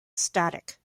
static